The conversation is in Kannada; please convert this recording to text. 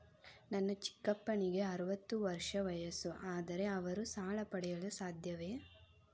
ನನ್ನ ಚಿಕ್ಕಪ್ಪನಿಗೆ ಅರವತ್ತು ವರ್ಷ ವಯಸ್ಸು, ಆದರೆ ಅವರು ಸಾಲ ಪಡೆಯಲು ಸಾಧ್ಯವೇ?